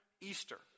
Easter